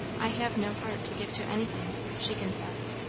i have no heart to give to anything! she confessed.